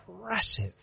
impressive